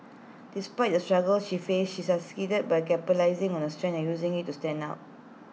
despite the struggles she faced she succeeded by capitalising on her strengths and using IT to stand out